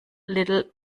little